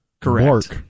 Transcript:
Correct